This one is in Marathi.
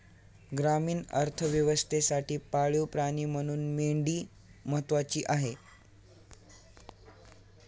ग्रामीण अर्थव्यवस्थेसाठी पाळीव प्राणी म्हणून मेंढी महत्त्वाची आहे